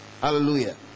Hallelujah